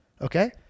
okay